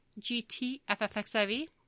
GTFFXIV